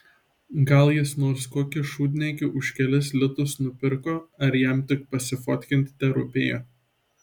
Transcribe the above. gal jis nors kokį šūdniekį už kelis litus nupirko ar jam tik pasifotkint terūpėjo